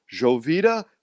Jovita